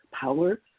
power